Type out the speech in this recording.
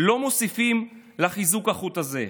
לא מוסיפים לחיזוק החוט הזה.